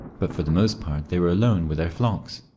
but for the most part they were alone with their flocks.